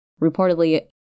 reportedly